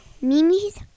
Mimi's